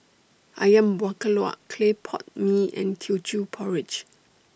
Ayam Buah Keluak Clay Pot Mee and Teochew Porridge